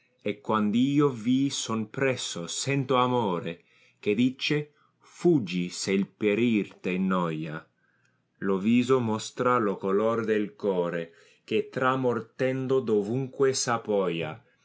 e quand io vi son presso sento amore che dice fuggi se ì perir t è noia lo viso mostra lo color del cora gh è tramortendo dovunque